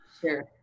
sure